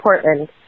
Portland